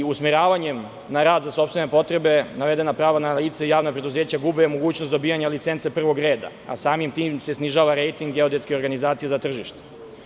Usmeravanjem na rad za sopstvene potrebe navedena pravna lica i javna preduzeća gube mogućnost dobijanja licence prvog reda, a samim tim se snižava rejting geodetske organizacije za tržište.